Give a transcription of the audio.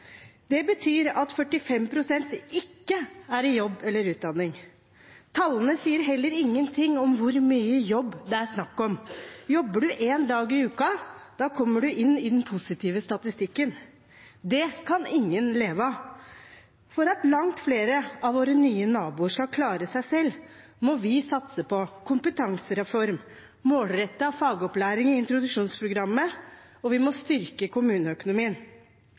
Det betyr at 45 pst. ikke er i jobb eller utdanning. Tallene sier heller ingenting om hvor mye jobb det er snakk om. Jobber en en dag i uken, kommer en inn i den positive statistikken. Det kan ingen leve av. For at langt flere av våre nye naboer skal klare seg selv, må vi satse på kompetansereform, målrettet fagopplæring i introduksjonsprogrammet, og vi må styrke kommuneøkonomien.